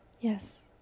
Yes